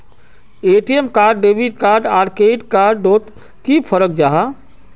ATM card debit card आर credit card डोट की फरक जाहा?